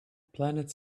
planet